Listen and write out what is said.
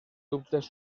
dubtes